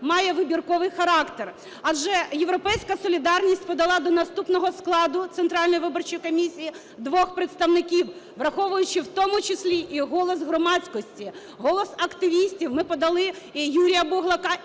має вибірковий характер, адже "Європейська солідарність" подала до наступного складу Центральної виборчої комісії двох представників, враховуючи в тому числі і голос громадськості, голос активістів. Ми подали Юрія Буглака